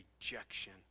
rejection